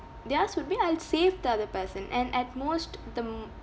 theirs would be I'll save the other person and at most the